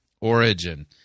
origin